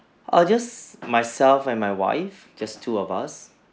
err just myself and my wife just two of us